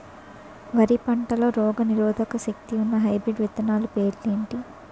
వరి పంటలో రోగనిరోదక శక్తి ఉన్న హైబ్రిడ్ విత్తనాలు పేర్లు ఏంటి?